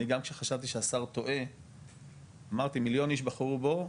אני גם שחשבתי שהשר טועה אמרתי מיליון איש בחרו בו,